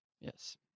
Yes